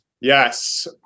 Yes